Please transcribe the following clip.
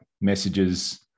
messages